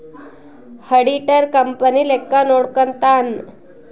auditor company ಲೆಕ್ಕ ನೋಡ್ಕಂತಾನ್